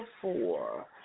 four